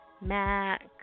Mac